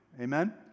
amen